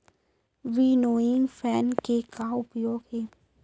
Winnowing fan के का उपयोग हे?